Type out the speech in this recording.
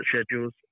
schedules